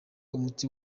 umuti